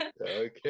Okay